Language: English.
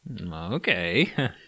Okay